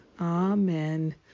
Amen